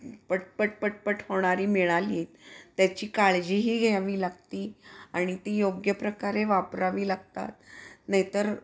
पटपट पटपट होणारी मिळाली त्याची काळजीही घ्यावी लागती आणि ती योग्य प्रकारे वापरावी लागतात नाही तर